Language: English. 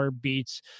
Beats